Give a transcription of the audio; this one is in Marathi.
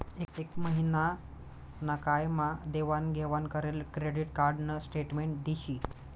एक महिना ना काय मा देवाण घेवाण करेल क्रेडिट कार्ड न स्टेटमेंट दिशी